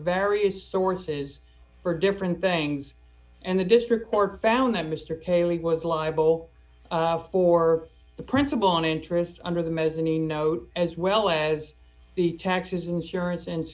various sources for different things and the district court found that mr cayley was liable for the principal and interest under the mezzanine note as well as the taxes insurance and